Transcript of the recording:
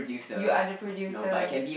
you are the producer